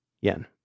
yen